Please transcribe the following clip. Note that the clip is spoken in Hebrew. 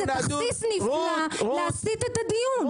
זה תכסיס נפלא להסיט את הדיון.